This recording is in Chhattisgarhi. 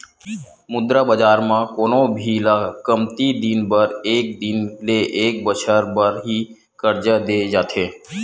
मुद्रा बजार म कोनो भी ल कमती दिन बर एक दिन ले एक बछर बर ही करजा देय जाथे